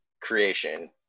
creation